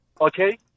okay